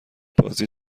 بازی